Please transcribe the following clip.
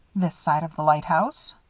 this side of the lighthouse?